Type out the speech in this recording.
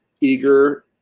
eager